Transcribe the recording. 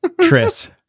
Tris